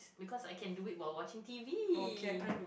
because I can do it while watching T_V